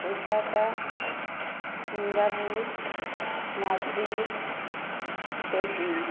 Osaka Singapore Madrid Beijing